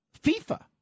FIFA